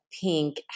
pink